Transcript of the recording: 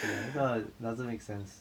ya 那个 doesn't make sense